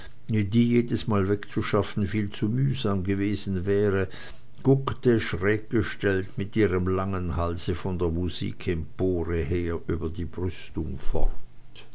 die jedesmal wegzuschaffen viel zu mühsam gewesen wäre guckte schräg gestellt mit ihrem langen halse von der musikempore her über die brüstung fort